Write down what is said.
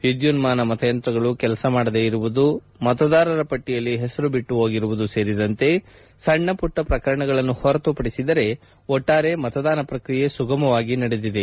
ವಿದ್ದುನ್ನಾನ ಮತಯಂತ್ರಗಳು ಕೆಲಸ ಮಾಡದೇ ಇರುವುದು ಮತದಾರರ ಪಟ್ಟಿಯಲ್ಲಿ ಹೆಸರು ಬಿಟ್ಟು ಹೋಗಿರುವುದು ಸೇರಿದಂತೆ ಸಣ್ಣ ಮಟ್ಟ ಪ್ರಕರಣಗಳನ್ನು ಹೊರತುಪಡಿಸಿದರೆ ಒಟ್ಟಾರೆ ಮತದಾನ ಪ್ರಕ್ರಿಯೆ ಸುಗಮವಾಗಿ ನಡೆದಿದೆ